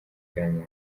kwihangana